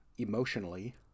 Emotionally